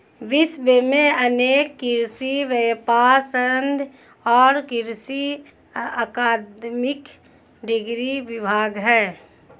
विश्व में अनेक कृषि व्यापर संघ और कृषि अकादमिक डिग्री विभाग है